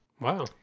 Wow